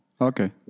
Okay